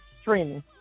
streaming